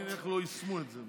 אני לא מבין איך לא יישמו את זה.